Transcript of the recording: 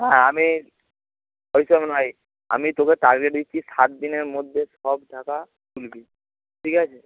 হ্যাঁ আমি ওই সব নয় আমি তোকে টার্গেট দিচ্ছি সাত দিনের মধ্যে সব টাকা তুলবি ঠিক আছে